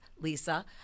Lisa